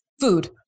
food